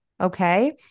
okay